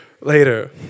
Later